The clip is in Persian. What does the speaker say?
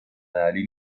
علی